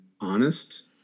honest